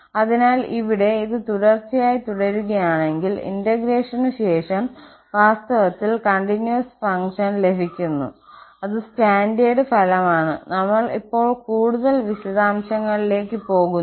അതിനാൽ ഇവിടെ ഇത് തുടർച്ചയായി തുടരുകയാണെങ്കിൽ ഇന്റഗ്രേഷൻ ശേഷം വാസ്തവത്തിൽ കണ്ടിന്വസ് ഫംഗ്ഷൻ ലഭിക്കുന്നു അത് സ്റ്റാൻഡേർഡ് ഫലമാണ് നമ്മൾ ഇപ്പോൾ കൂടുതൽ വിശദാംശങ്ങളിലേക്ക് പോകുന്നില്ല